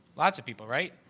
lots of people, right?